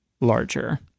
larger